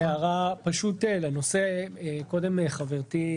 קודם חברתי,